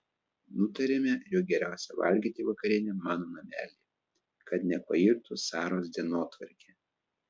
nutariame jog geriausia valgyti vakarienę mano namelyje kad nepairtų saros dienotvarkė